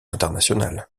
international